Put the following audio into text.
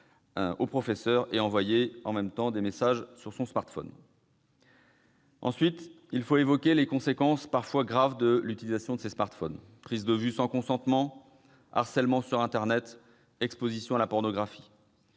au professeur et envoyer des messages sur son smartphone ! Ensuite, il faut évoquer les conséquences parfois graves de l'utilisation de ces appareils : prises de vue sans consentement, harcèlement sur internet, exposition à la pornographie.